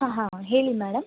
ಹಾಂ ಹಾಂ ಹೇಳಿ ಮ್ಯಾಡಮ್